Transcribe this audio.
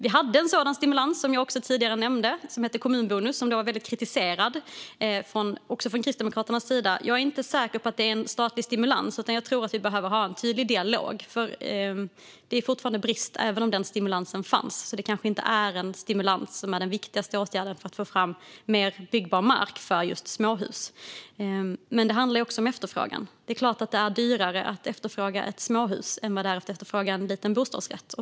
Vi hade en sådan stimulans, som jag tidigare nämnde, som hette kommunbonus. Den var väldigt kritiserad, också från Kristdemokraternas sida. Jag är inte säker på att det är en statlig stimulans vi behöver. Jag tror att vi behöver ha en tydlig dialog, för det är fortfarande en brist även om den stimulansen fanns, så det kanske inte är en stimulans som är den viktigaste åtgärden för att få fram mer byggbar mark för just småhus. Det handlar också om efterfrågan. Det är klart att det är dyrare att köpa ett småhus än vad det är att köpa en liten bostadsrätt.